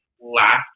last